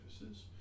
surfaces